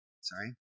Sorry